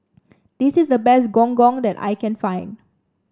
this is the best Gong Gong that I can find